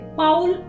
paul